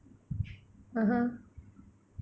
(uh huh)